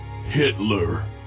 Hitler